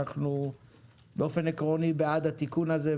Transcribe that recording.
אנחנו באופן עקרוני בעד התיקון הזה,